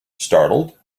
startled